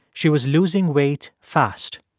she was losing weight fast.